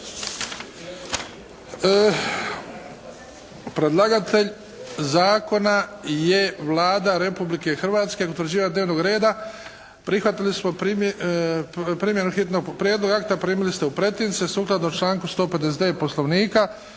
Predlagatelj zakona je Vlada Republike Hrvatske. … /Govornik se ne razumije./ … dnevnog reda. Prihvatili smo primjenu hitnog, prijedlog akta primili ste u pretince sukladnoj članku 159. Poslovnika.